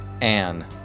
Anne